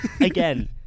Again